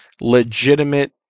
legitimate